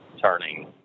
turning